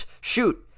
Shoot